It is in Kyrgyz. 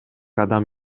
адам